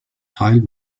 teil